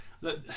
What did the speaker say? look